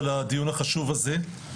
על דיון החשוב הזה.